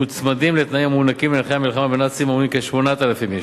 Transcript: מוצמדים לתנאים המוענקים לנכי המלחמה בנאצים המונים כ-8,000 איש.